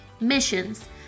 missions